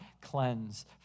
cleanse